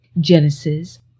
Genesis